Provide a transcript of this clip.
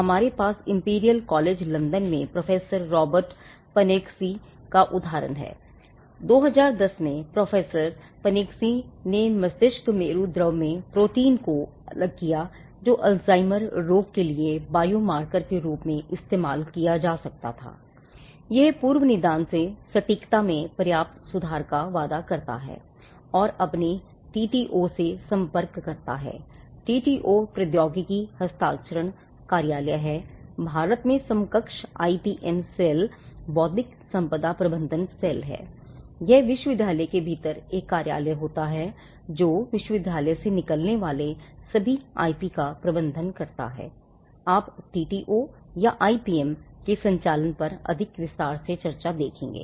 हमारे पास Imperial College London में प्रोफेसर रॉबर्ट पर्नेक्ज़की के संचालन पर अधिक विस्तृत चर्चा देखेंगे